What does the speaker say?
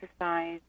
exercise